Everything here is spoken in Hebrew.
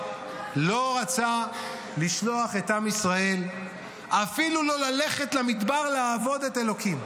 לא רצה לשלוח את עם ישראל אפילו לא ללכת למדבר לעבוד את אלוקים.